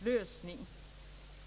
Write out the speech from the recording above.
lösning.